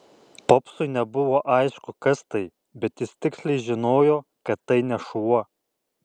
popsui nebuvo aišku kas tai bet jis tiksliai žinojo kad tai ne šuo